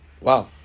Wow